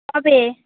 কবে